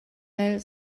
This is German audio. mel